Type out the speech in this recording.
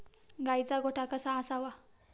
गाईचा गोठा कसा असावा?